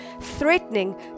threatening